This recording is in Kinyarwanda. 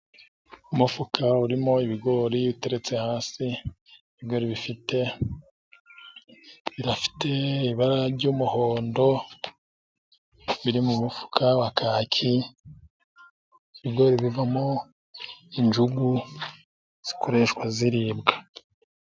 Umufuka urimo ibigori uteretse hasi, ibigori bifite ibara ry' umuhondo, biri mu mufuka wa kaki bivamo injugu zikoreshwa ziribwa.